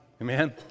Amen